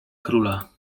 króla